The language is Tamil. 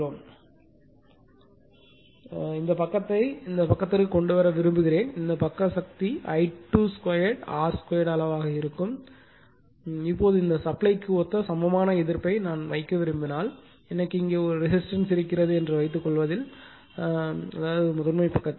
எடுத்துக்காட்டாக இந்த பக்கத்தை இந்த பக்கத்திற்கு கொண்டு வர விரும்புகிறேன் இந்த பக்க சக்தி I22 R2அளவாக இருக்கும் இப்போது இந்த சப்ளைக்கு ஒத்த சமமான எதிர்ப்பை நான் வைக்க விரும்பினால் எனக்கு இங்கே ஒரு ரெசிஸ்டன்ஸ் இருக்கிறது என்று வைத்துக் கொள்வதில் முதன்மை பக்கத்தில்